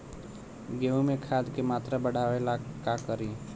गेहूं में खाद के मात्रा बढ़ावेला का करी?